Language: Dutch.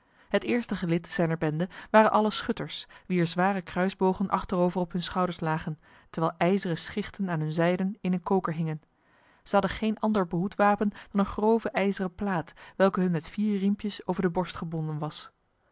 het eerste gelid zijner bende waren allen schutters wier zware kruisbogen achterover op hun schouders lagen terwijl ijzeren schichten aan hun zijden in een koker hingen zij hadden geen ander behoedwapen dan een grove ijzeren plaat welke hun met vier riempjes over de borst gebonden was